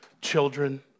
children